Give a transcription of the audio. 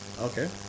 Okay